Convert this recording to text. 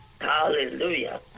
Hallelujah